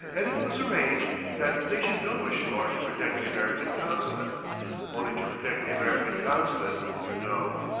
and it was arranged that they should go ashore to protect the american consulate only to protect the american consulate, you know,